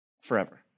forever